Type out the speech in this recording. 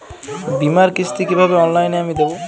বীমার কিস্তি কিভাবে অনলাইনে আমি দেবো?